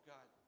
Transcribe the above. God